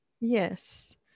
yes